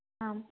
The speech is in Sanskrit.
आम्